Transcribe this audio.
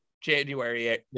January